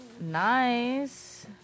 nice